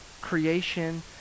creation